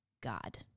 God